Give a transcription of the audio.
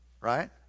right